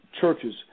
churches